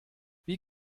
wie